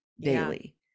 daily